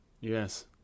yes